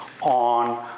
on